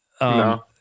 no